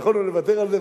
יכולנו לוותר על זה?